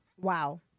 Wow